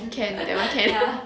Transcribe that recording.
can ah that one can